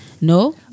No